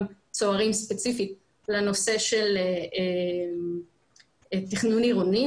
צוערים ספציפית לנושא של תכנון אורבני,